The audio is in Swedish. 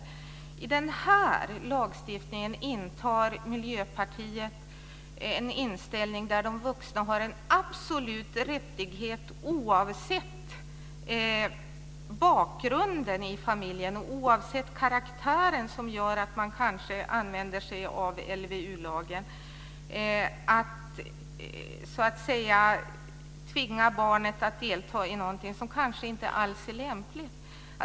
När det gäller den här föreslagna lagstiftningen har Miljöpartiet inställningen att vuxna har en absolut rättighet oavsett bakgrunden i familjen och oavsett problemets karaktär, som gör att man kanske använder sig av LVU, att tvinga barnet att delta i någonting som kanske inte alls är lämpligt.